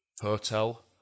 Hotel